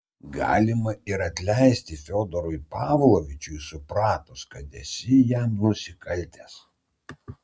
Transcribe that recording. galima ir atleisti fiodorui pavlovičiui supratus kad esi jam nusikaltęs